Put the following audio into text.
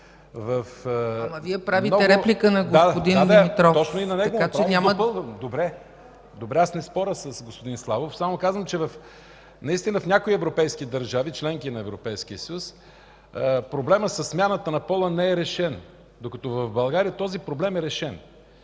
Вие правите реплика на господин Димитров. ДОКЛАДЧИК КРАСИМИР ВЕЛЧЕВ: Добре, не споря с господин Славов, само казвам, че наистина в някои европейски държави – членки на Европейския съюз, проблемът със смяната на пола не е решен, докато в България този проблем е решен.